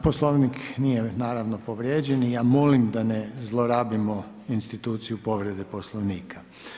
Poslovnik nije naravno povrijeđen i ja molim da ne zlorabimo instituciju povrede Poslovnika.